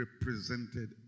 represented